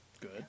Good